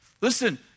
Listen